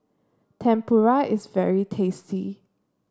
Tempura is very tasty